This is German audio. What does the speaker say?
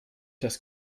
das